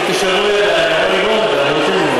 שלא יהיה מאוחר מדי.